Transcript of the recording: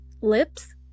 lips